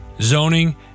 zoning